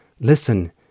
listen